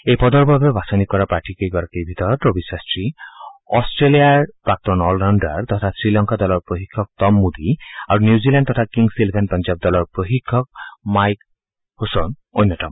এই পদৰ বাবে বাছনি কৰা প্ৰাৰ্থীকেইগৰাকীৰ ভিতৰত ৰবী শাস্ত্ৰী অট্টেলিয়াৰ প্ৰাক্তন অলৰাউণ্ডাৰ তথা শ্ৰীলংকা দলৰ প্ৰশিক্ষক টম মুদী আৰু নিউজিলেণ্ড তথা কিংছ ইলেভেন পঞ্জাৱ দলৰ প্ৰশিক্ষক মাইক হেচোন অন্যতম